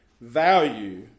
value